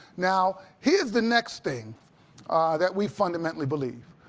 now, here is the next thing that we fundamentally believe.